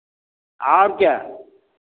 और क्या